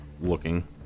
looking